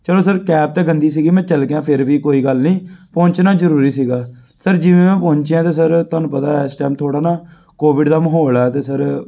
ਚਲੋ sir cab ਤਾਂ ਗੰਦੀ ਸੀਗੀ ਮੈਂ ਚਲਾ ਗਿਆ ਫਿਰ ਵੀ ਕੋਈ ਗੱਲ ਨਹੀਂ ਪਹੁੰਚਣਾ ਜ਼ਰੂਰੀ ਸੀਗਾ ਸਰ ਜਿਵੇਂ ਮੈਂ ਪਹੁੰਚਿਆ ਅਤੇ ਸਰ ਤੁਹਨੂੰ ਪਤਾ ਇਸ ਟੈਮ ਥੋੜ੍ਹਾ ਨਾ ਕੋਵਿਡ ਦਾ ਮਾਹੌਲ ਹੈ ਅਤੇ ਸਰ